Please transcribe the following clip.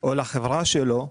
או לחברה שלו,